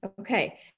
Okay